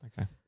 Okay